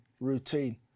routine